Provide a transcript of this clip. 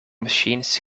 machines